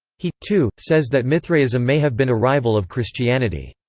he, too, says that mithraism may have been a rival of christianity.